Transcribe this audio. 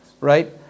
right